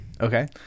Okay